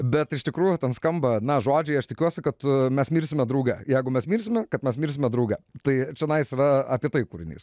bet iš tikrųjų ten skamba na žodžiai aš tikiuosi kad mes mirsime drauge jeigu mes mirsime kad mes mirsime drauge tai čionais yra apie tai kūrinys